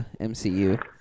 MCU